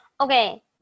okay